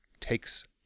takes